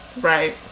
right